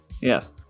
Yes